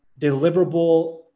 deliverable